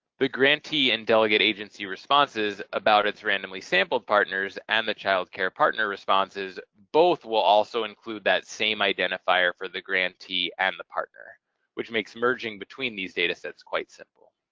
the grantee and delegate agency responses about its randomly sampled partners and the child care partner responses both will also include that same identifiers for the grantee and the partner which makes merging between these data sets quite simple.